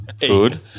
Food